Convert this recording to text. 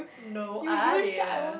no idea